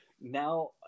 now